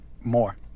More